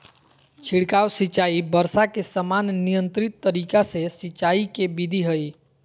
छिड़काव सिंचाई वर्षा के समान नियंत्रित तरीका से सिंचाई के विधि हई